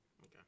Okay